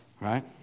Right